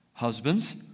Husbands